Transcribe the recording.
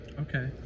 Okay